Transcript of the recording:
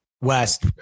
West